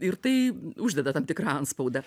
ir tai uždeda tam tikrą antspaudą